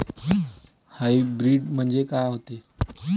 Hybrid म्हनजे का होते?